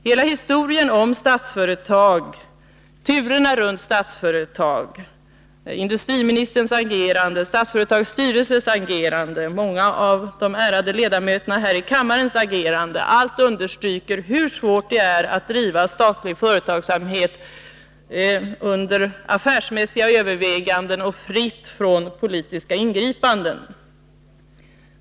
Hela historien om Statsföretag — turerna runt Statsföretag, industriministerns agerande, Statsföretags styrelses agerande, många av de ärade kammarledamöternas agerande — understryker hur svårt det är att driva statlig företagsamhet under affärsmässiga överväganden och fritt från politiska ingripanden.